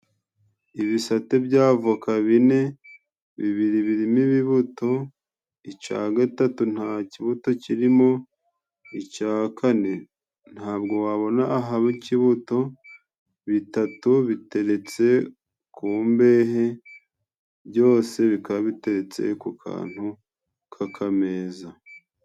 Ibisate bya voka bine, bibiri birimo ibibuto, icya gatatu nta kibuto kirimo, icya kane nta bwo wabona ahaba ikibuto, bitatu biteretse ku mbehe, byose bikaba biteretse ku kantu k'akameza.